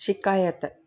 शिकायत